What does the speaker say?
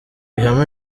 ihame